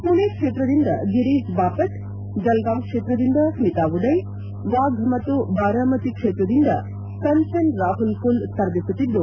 ಪುಣೆ ಕ್ಷೇತ್ರದಿಂದ ಗಿರೀಶ್ ಬಾಪಟ್ ಜಲ್ಗಾಂವ್ ಕ್ಷೇತ್ರದಿಂದ ಸ್ಲಿತಾ ಉದಯ್ ವಾಫ್ ಮತ್ತು ಬರಾಮತಿ ಕ್ಷೇತ್ರದಿಂದ ಕಂಚನ್ ರಾಹುಲ್ ಕುಲ್ ಸ್ಪರ್ಧಿಸುತ್ತಿದ್ದು